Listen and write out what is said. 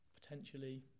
potentially